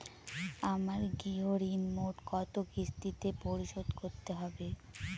আমার গৃহঋণ মোট কত কিস্তিতে পরিশোধ করতে হবে?